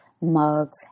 mugs